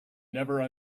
never